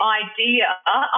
idea